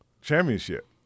championship